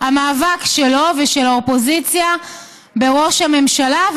המאבק שלו ושל האופוזיציה בראש הממשלה,